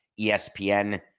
ESPN